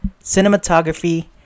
cinematography